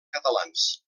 catalans